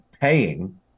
paying